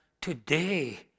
today